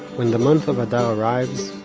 when the month of adar arrives,